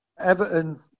Everton